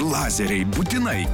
lazeriai būtinai